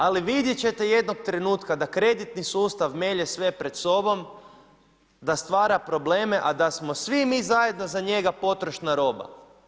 Ali vidjeti ćete jednog trenutka da kreditni sustav melje sve pred sobom, da stvara probleme a da smo svi mi zajedno za njega potrošna roba.